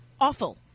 awful